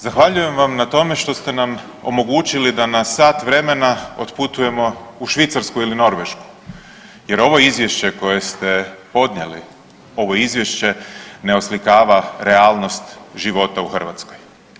Zahvaljujem vam na tome što ste nam omogućili da na sat vremena otputujemo u Švicarsku ili Norvešku jer ovo izvješće koje ste podnijeli ovo izvješće ne oslikava realnost života u Hrvatskoj.